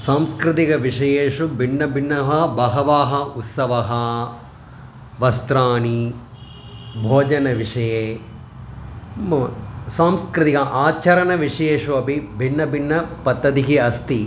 सांस्कृतिकविषयेषु भिन्नभिन्नाः बहवः उत्सवाः वस्त्राणि भोजनविषये म सांस्कृतिकाचरणविषयेषु अपि भिन्नभिन्नपद्धतिः अस्ति